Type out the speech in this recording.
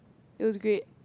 feels great